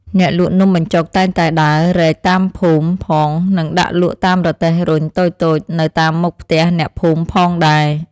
អ្នកលក់នំបញ្ចុកតែងតែដើររែកតាមភូមិផងនិងដាក់លក់តាមរទេះរុញតូចៗនៅតាមមុខផ្ទះអ្នកភូមិផងដែរ។